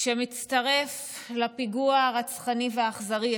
שמצטרף לפיגוע הרצחני והאכזרי אתמול.